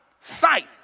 Sight